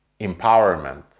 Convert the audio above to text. empowerment